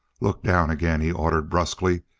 look down again! he ordered brusquely.